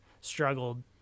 struggled